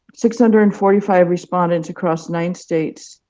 six hundred and forty five respondents across nine states,